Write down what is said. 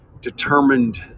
determined